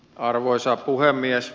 arvoisa puhemies